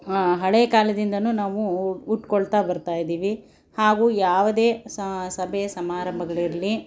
ಹಳೆ ಕಾಲದಿಂದನೂ ನಾವು ಉಟ್ಕೊಳ್ತಾ ಬರ್ತಾಯಿದ್ದೀವಿ ಹಾಗೂ ಯಾವುದೇ ಸಭೆ ಸಮಾರಂಭಗಳಿರಲಿ